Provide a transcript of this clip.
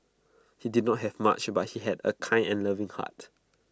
he did not have much but he had A kind and loving heart